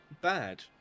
Bad